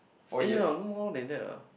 eh no no more than that ah